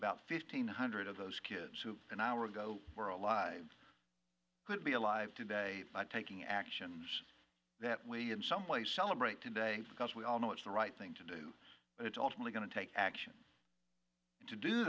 about fifteen hundred of those kids who an hour ago were alive could be alive today by taking actions that we in some way celebrate today because we all know it's the right thing to do but it's also really going to take action to do